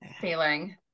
feeling